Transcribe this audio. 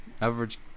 average